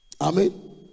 Amen